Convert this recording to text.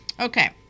Okay